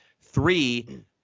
Three